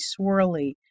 swirly